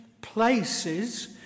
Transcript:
places